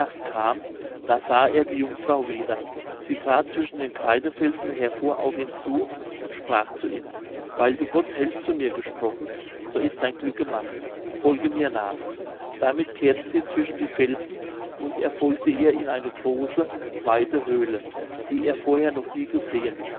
kam da sah er die jungfrau wieder sie trat zwischen den kreidefelsen hervor auf ihn zu und sprach zu ihm weil du gott helf zu mir gesprochen so ist dein glück gemacht folge mir nach damit kehrte sie zwischen die felsen und er folgte ihr in eine große weite höhle die er vorher noch nie gesehen